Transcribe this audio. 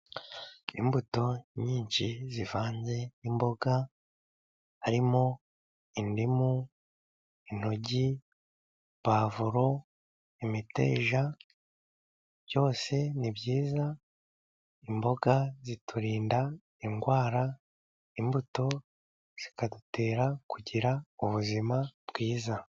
Imbuto nyinshi zivanze n'imboga harimo: indimu, intoryi, pavuro, imiteja, byose ni byiza imboga ziturinda indwara, imbuto zikadutera kugira ubuzima bwiza.